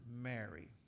Mary